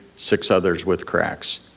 six others with cracks.